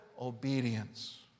obedience